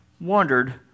wondered